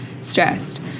stressed